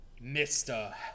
Mister